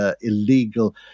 illegal